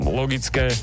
logické